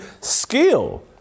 skill